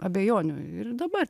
abejonių ir dabar